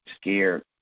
scared